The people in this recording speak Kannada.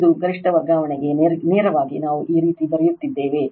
ಇದು ಗರಿಷ್ಠ ವರ್ಗಾವಣೆಗೆ ನೇರವಾಗಿ ನಾವು ಈ ರೀತಿ ಬರೆಯುತ್ತಿದ್ದೇವೆ